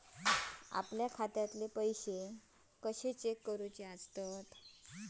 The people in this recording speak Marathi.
आपल्या खात्यातले पैसे कशे चेक करुचे?